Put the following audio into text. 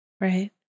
Right